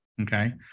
Okay